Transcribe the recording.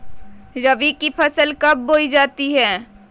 रबी की फसल कब बोई जाती है?